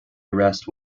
arrest